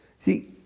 See